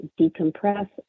decompress